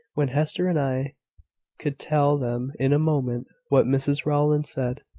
when hester and i could tell them in a moment what mrs rowland said.